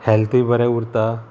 हेल्थूय बरें उरता